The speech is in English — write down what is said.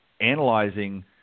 analyzing